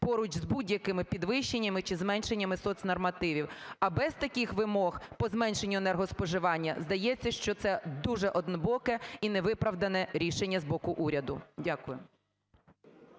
поруч з будь-якими підвищеннями чи зменшеннями соцнормативів? А без таких вимог по зменшенню енергоспоживання, здається, що це дуже однобоке і невиправдане рішення з боку уряду. Дякую.